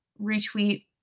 retweet